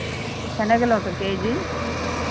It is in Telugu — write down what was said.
శనగలు ఒక కేజీ